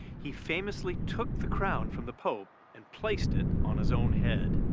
he famously took the crown from the pope and placed it on his own head.